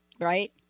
right